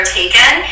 taken